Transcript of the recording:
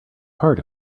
part